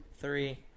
Three